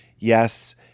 Yes